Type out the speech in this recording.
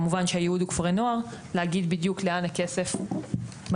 כמובן שהייעוד הוא כפרי נוער להגיד בדיוק לאן הכסף מגיע,